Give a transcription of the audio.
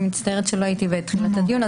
מצטערת שלא הייתי בתחילת הדיון.